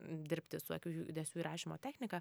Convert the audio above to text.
dirbti su akių judesių įrašymo technika